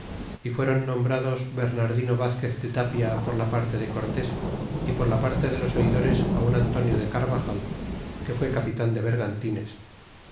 y fueron nombrados bernardino vazquez de tapia por la parte de cortés y por la parte de los oidores á un antonio de carbajal que fue capitan de bergantines